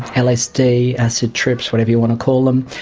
lsd, acid trips, whatever you want to call them,